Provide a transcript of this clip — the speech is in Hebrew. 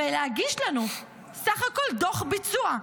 ולהגיש לנו בסך הכול דוח ביצוע,